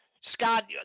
Scott